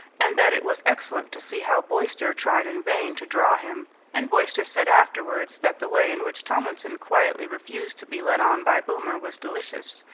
and that it was excellent to see how boyster tried in vain to draw him and boyster said afterwards that the way in which tomlinson quietly refused to be led on by boomer was delicious,